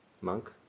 monk